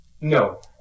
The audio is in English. No